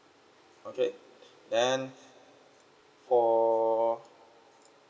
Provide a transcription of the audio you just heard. okay then for